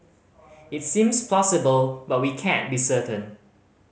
it seems plausible but we can't be certain